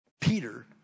Peter